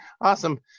Awesome